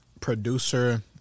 Producer